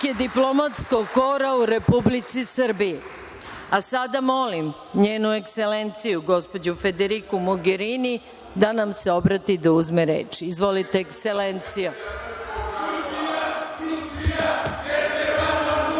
diplomatskog kora u Republici Srbiji.A sada molim njenu Ekselenciju gospođu Federiku Mogerini, da nam se obrati, da uzme reč. Izvolite, Ekselencijo.